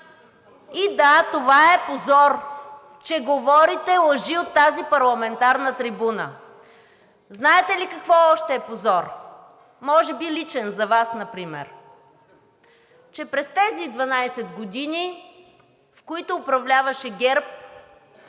И да, това е позор, че говорите лъжи от тази парламентарна трибуна. Знаете ли какво още е позор, може би личен за Вас например – че през тези 12 години, в които управляваше ГЕРБ,